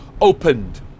opened